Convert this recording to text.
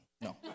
No